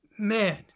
man